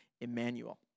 Emmanuel